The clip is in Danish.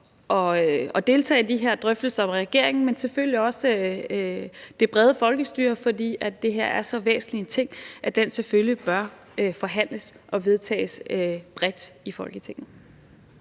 at deltage i de her drøftelser med regeringen, men selvfølgelig også med det brede folkestyre, for det her er så væsentlig en ting, at det selvfølgelig bør forhandles og vedtages bredt i Folketinget.